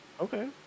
Okay